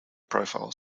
profiles